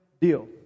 deal